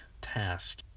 task